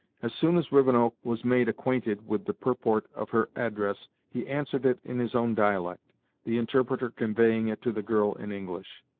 as soon as rivenoak was made acquainted with the purport of her address he answered it in his own dialect the interpreter conveying it to the girl in english.